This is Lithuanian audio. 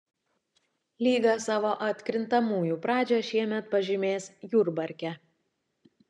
lyga savo atkrintamųjų pradžią šiemet pažymės jurbarke